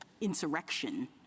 insurrection